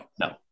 No